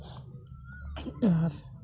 ᱟᱨ